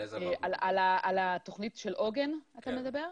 על התוכנית של עוגן אתה מדבר?